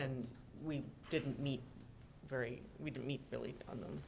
and we didn't meet very we didn't meet really on them